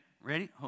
Ready